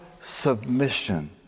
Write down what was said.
submission